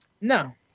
No